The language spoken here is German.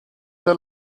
der